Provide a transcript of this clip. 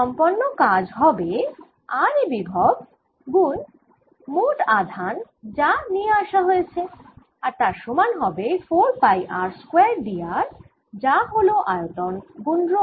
সম্পন্ন কাজ হবে r এ বিভব গুন মোট আধান যা নিয়ে আসা হয়েছে আর তার সমান হবে 4 পাই r স্কয়ার dr যা হল আয়তন গুন রো